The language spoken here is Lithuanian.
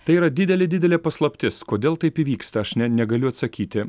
tai yra didelė didelė paslaptis kodėl taip įvyksta aš ne negaliu atsakyti